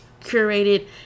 curated